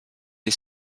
est